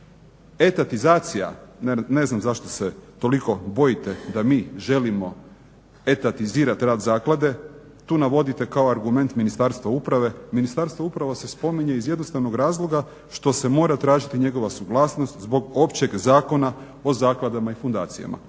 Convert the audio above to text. Etatizacija, ne znam zašto se toliko bojite da mi želimo etatizirati rad zaklade. Tu navodite kao argument Ministarstvo uprave. Ministarstvo uprave se spominje iz jednostavnog razloga što se mora tražiti njegova suglasnost zbog Općeg zakona o zakladama i fundacijama.